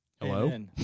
Hello